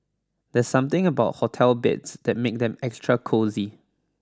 there's something about hotel beds that make them extra cosy